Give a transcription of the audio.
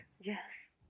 Yes